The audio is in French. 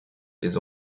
les